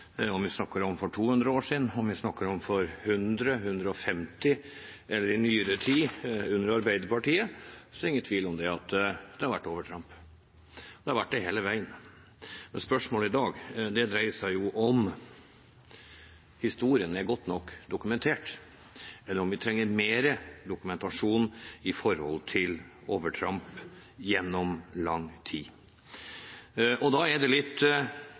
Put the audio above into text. Om vi snakker om for 200 år siden, for 150 år siden, for 100 år siden eller i nyere tid under Arbeiderpartiet, er det ingen tvil om at det har vært overtramp. Det har vært det hele veien. Spørsmålet i dag dreier seg om hvorvidt historien er godt nok dokumentert, eller om vi trenger mer dokumentasjon på overtramp gjennom lang tid. Da er det litt